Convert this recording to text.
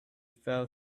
fell